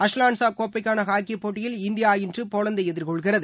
Azlan Shah கோப்பைக்கான hockey போட்டியில் India இன்று போலந்தை எதிர்கொள்கிறது